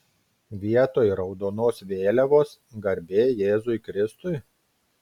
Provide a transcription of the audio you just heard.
vietoj raudonos vėliavos garbė jėzui kristui